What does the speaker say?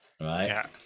Right